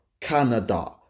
canada